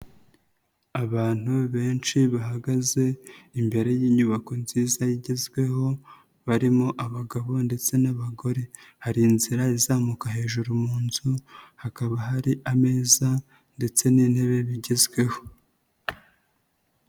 Abantu benshi bahagaze imbere y'inyubako nziza igezweho barimo abagabo ndetse n'abagore. Hari inzira izamuka hejuru mu nzu, hakaba hari ameza ndetse n'intebe bigezweho.